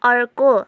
अर्को